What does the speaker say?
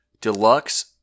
deluxe